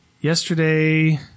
Yesterday